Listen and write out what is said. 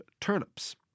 turnips